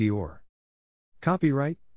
Copyright